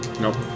Nope